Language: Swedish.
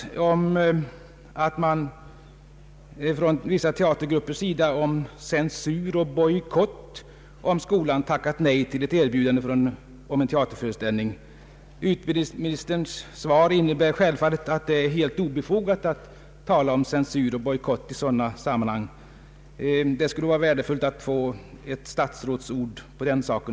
Vissa teatergrupper har talat om censur och bojkott, när skolan tackat nej till ett erbjudande om en teaterföreställning. Utbildningsministerns svar innebär självfallet att det är helt obefogat att tala om censur och bojkott i sådana sammanhang. Det skulle vara värdefullt att få ett statsrådsord även på den saken.